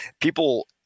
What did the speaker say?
people